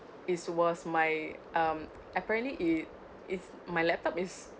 it was my um apparently it is my laptop is